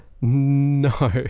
No